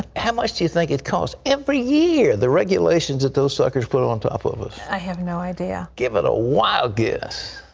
how much do you think it costs every year, the regulations that those suckers put on top of us? i have no idea. give it a wild guess.